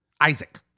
Isaac